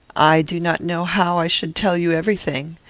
i do not know how i should tell you every thing.